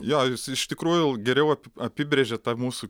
jo jūs iš tikrųjų geriau apibrėžiat tą mūsų